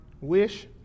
wish